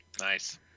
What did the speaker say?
Nice